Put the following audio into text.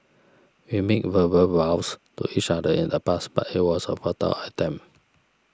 we made verbal vows to each other in the past but it was a futile attempt